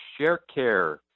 ShareCare